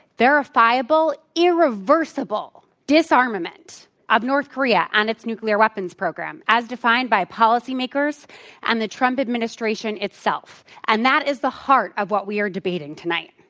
verifiable, irreversible disarmament ah of north korea and its nuclear weapons program, as defined by policymakers and the trump administration itself. and that is the heart of what we are debating tonight.